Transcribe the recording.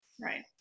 right